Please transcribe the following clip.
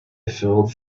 filled